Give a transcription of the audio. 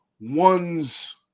one's